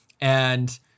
and-